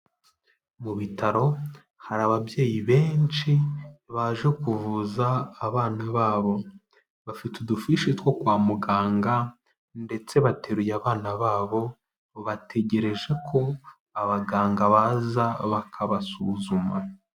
Mu bitaro, hari ababyeyi benshi baje kuvuza abana babo. Bafite udufishi two kwa muganga ndetse bateruye abana babo bategereje ko abaganga baza bakabasuzuma.